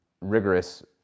rigorous